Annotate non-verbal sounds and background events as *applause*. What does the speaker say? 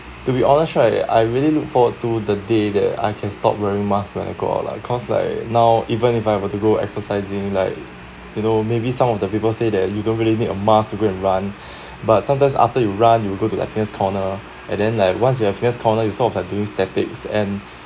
to be honest right I really look forward to the day that I can stop wearing mask when I go out lah cause like now even if I were to go exercising like you know maybe some of the people say that you don't really need a mask to go and run *breath* but sometimes after you run you will go to like fitness' corner and then like once you at fitness' corner you sort of like doing statics and